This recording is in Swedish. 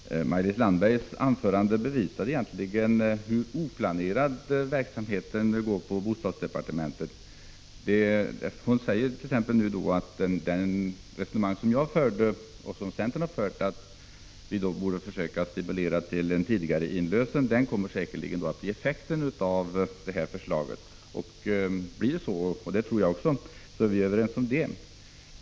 Fru talman! Maj-Lis Landbergs anförande bevisar egentligen hur oplanerad verksamheten är inom bostadsdepartementet. Hon säger t.ex. att det förslag som jag och centern har fört fram, att vi borde försöka stimulera till en tidigare inlösen, säkerligen kommer att bli genomfört. Blir det så, vilket jag tror, är vi alltså överens om detta.